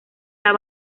las